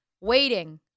waiting